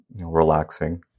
relaxing